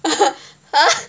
!huh!